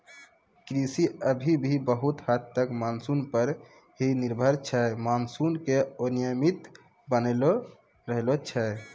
कृषि अभी भी बहुत हद तक मानसून पर हीं निर्भर छै मानसून के अनियमितता बनलो रहै छै